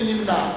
מי נמנע?